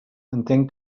entenc